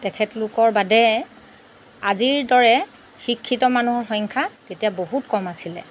তেখেতলোকৰ বাদে আজিৰ দৰে শিক্ষিত মানুহৰ সংখ্যা তেতিয়া বহুত কম আছিলে